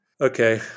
Okay